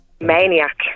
Maniac